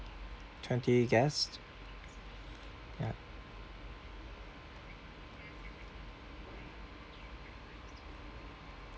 twenty guests ya